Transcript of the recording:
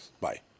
Bye